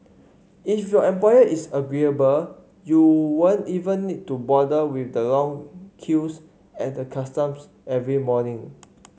if your employer is agreeable you won't even need to bother with the long queues at the customs every morning